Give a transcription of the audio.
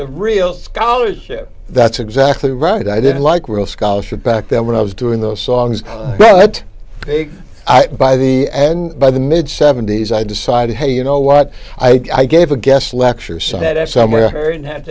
of real scholarship that's exactly right i didn't like real scholarship back then when i was doing those songs but by the and by the mid seventies i decided hey you know what i gave a guest lecture set up somewhere heard that